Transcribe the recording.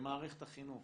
במערכת החינוך